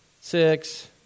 Six